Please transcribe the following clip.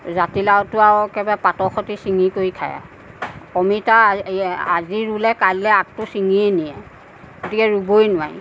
জাতিলাওতো আৰু একেবাৰে পাতৰ সৈতে ছিঙি কৰি খাই আৰু অমিতা আজি ৰুলে কাইলৈ আগটো ছিঙিয়ে নিয়ে গতিকে ৰুবই নোৱাৰি